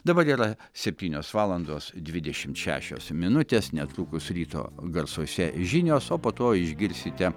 dabar yra septynios valandos dvidešimt šešios minutės netrukus ryto garsuose žinios o po to išgirsite